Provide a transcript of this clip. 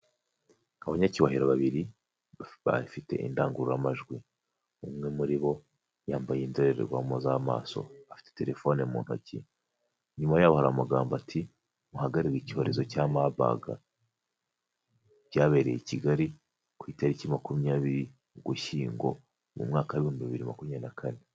Abanyacyubahiro babiri bafite indangururamajwi. Umwe muri bo yambaye indorerwamo z'amaso. Afite telefone mu ntoki. Inyuma yaho hari amagambo ati: muhagarike icyorezo cya marburg. Byabereye i Kigali ku itariki makumyabiri Ugushyingo mu mwaka w'ibihumbi bibiri na makumyabiri na kane.